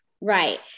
Right